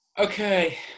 Okay